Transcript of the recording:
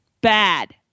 Bad